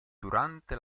durante